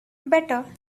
better